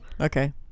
Okay